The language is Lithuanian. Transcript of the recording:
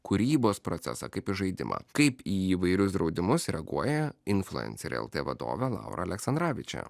kūrybos procesą kaip į žaidimą kaip į įvairius draudimus reaguoja influencerė lt vadovė laura aleksandravičė